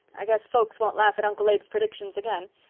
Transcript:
i guess folks won't laugh at uncle abe's predictions again.